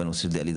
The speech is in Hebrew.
בנושא דיאליזה.